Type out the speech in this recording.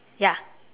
ya